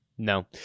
No